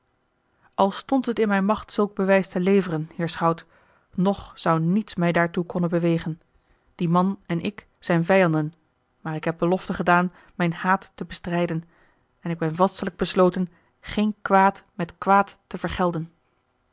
al stond het in mijne macht zulk bewijs te leveren heer schout nog zou niets mij daartoe konnen bewegen die man en ik zijn vijanden maar ik heb belofte gedaan mijn haat te bestrijden en ik ben vastelijk besloten geen kwaad met kwaad te vergelden